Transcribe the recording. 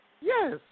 yes